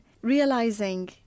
realizing